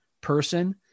person